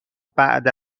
بعد